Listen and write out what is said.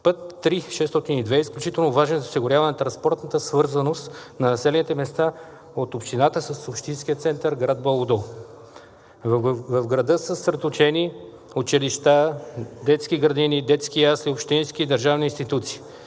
Път III-602 е изключително важен за осигуряване транспортната свързаност на населените места от общината с общинския център – град Бобов дол. В града са съсредоточени училищата, детските градини, детските ясли, общински и държавни институции.